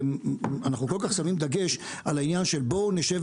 אנחנו כל כך שמים דגש על העניין של בואו נשב